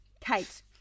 Kate